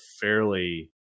fairly